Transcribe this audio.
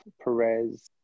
perez